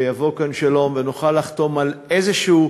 ויבוא כאן שלום, ונוכל לחתום על חוזה כלשהו,